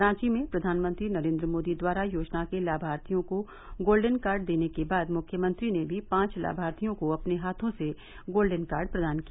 रांची में प्रधानमंत्री नरेन्द्र मोदी द्वारा योजना के लामार्थियों को गोल्डेन कार्ड देने के बाद मुख्यमंत्री ने भी पांच लामार्थियों को अपने हाथों से गोल्डेन कार्ड प्रदान किया